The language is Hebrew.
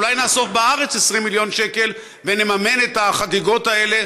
אולי נאסוף בארץ 20 מיליון שקל ונממן את החגיגות האלה